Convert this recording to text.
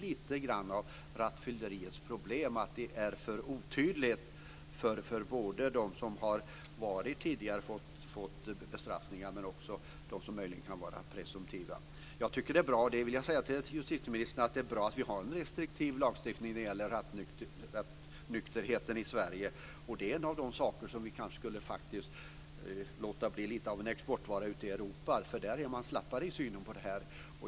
Lite grann av rattfylleriets problem är att det är för otydligt både för dem som tidigare straffats men också för dem som möjligen kan vara presumtiva rattfyllerister. Jag vill säga till justitieministern att jag tycker att det är bra att vi har en restriktiv lagstiftning när det gäller rattonykterheten i Sverige. Det är en av de saker som vi kanske skulle låta bli lite av en exportvara till Europa, för där är man slappare i synen på detta.